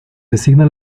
designa